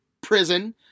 prison